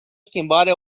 schimbare